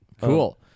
Cool